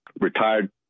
retired